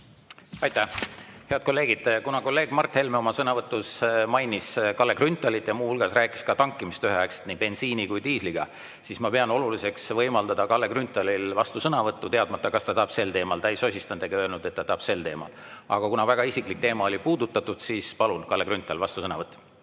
Aitäh! Head kolleegid! Kuna kolleeg Mart Helme oma sõnavõtus mainis Kalle Grünthali ja muu hulgas rääkis tankimisest üheaegselt nii bensiini kui ka diisliga, siis ma pean oluliseks võimaldada Kalle Grünthalile vastusõnavõtt, teadmata, kas ta tahab sel teemal rääkida. Ta ei sosistanud ega öelnud, et ta tahab sel teemal. Aga kuna väga isiklik teema oli puudutatud, siis palun, Kalle Grünthal! Vastusõnavõtt.